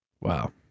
Wow